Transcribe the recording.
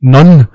None